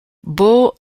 bull